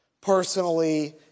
personally